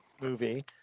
movie